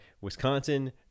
Wisconsin